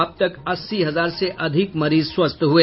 अब तक अस्सी हजार से अधिक मरीज स्वस्थ हुए